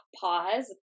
pause